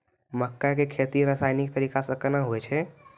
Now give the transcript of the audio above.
मक्के की खेती रसायनिक तरीका से कहना हुआ छ?